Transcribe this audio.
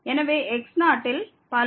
எனவே x0 இல் பல